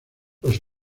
los